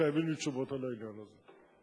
וחייבים לי תשובות על העניין הזה.